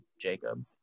Jacob